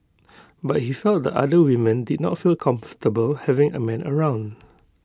but he felt the other women did not feel comfortable having A man around